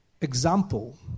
example